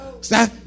Stop